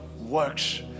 works